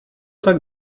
tak